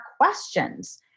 questions